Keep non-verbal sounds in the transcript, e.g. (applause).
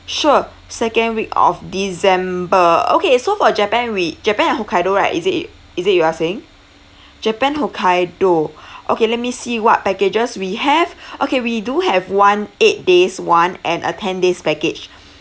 sure second week of december okay so for japan we japan and hokkaido right is it it is it you are saying japan hokkaido (breath) okay let me see what packages we have okay we do have one eight days one and a ten days package